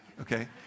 okay